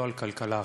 לא על כלכלה אחת.